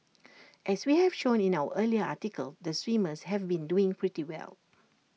as we have shown in our earlier article the swimmers have been doing pretty well